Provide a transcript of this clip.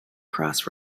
cross